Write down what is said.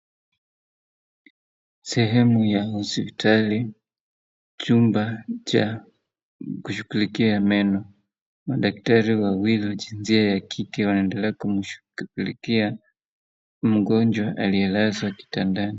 Sehemu ya hospitali, chumba cha kushughulikia meno. Madaktari wawili wa jinsia ya kike wanaendelea kumshughulikia mgonjwa aliyelazwa kitandani.